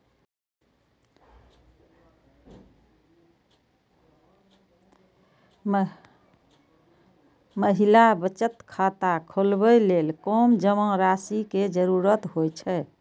महिला बचत खाता खोलबै लेल कम जमा राशि के जरूरत होइ छै